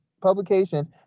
publication